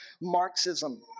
Marxism